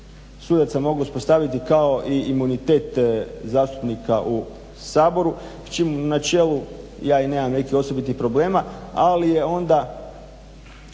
sudaca mogao uspostaviti kao i imunitet zastupnika u Saboru na čelu, ja i nemam nekih osobitih problema, ali je onda